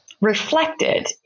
reflected